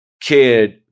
kid